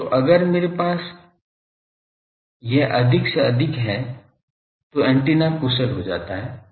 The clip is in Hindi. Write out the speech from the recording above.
तो अगर मेरे पास यह अधिक से अधिक हो है तो एंटीना कुशल हो जाता है